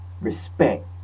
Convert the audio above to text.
respect